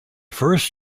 first